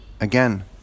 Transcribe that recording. Again